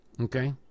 Okay